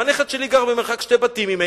הנכד שלי גר במרחק שני בתים ממני,